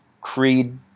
Creed